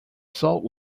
salt